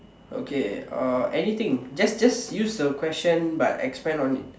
okay uh anything just just use the question but expand on it